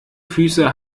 füße